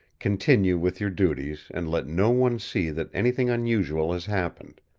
continue with your duties and let no one see that anything unusual has happened.